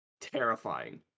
terrifying